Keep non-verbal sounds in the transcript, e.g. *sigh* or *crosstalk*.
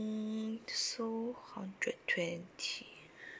mm so hundred twenty *breath*